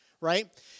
right